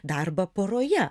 darbą poroje